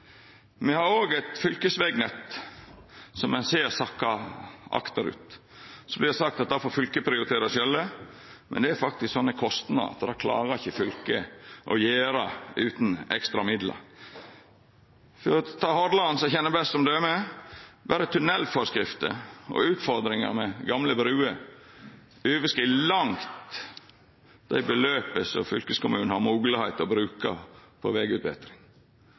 Me har òg eit fylkesvegnett som ein ser sakkar akterut. Det blir sagt at det får fylka prioritera sjølve, men det er faktisk ein sånn kostnad at det klarar ikkje fylka å gjera utan ekstra midlar. For å ta Hordaland, som eg kjennar best, som døme: Berre tunnelforskrifta og utfordringar med gamle bruer overskrid langt dei beløpa som fylkeskommunen har moglegheit til å bruka på